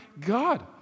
God